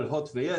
על הוט ויס.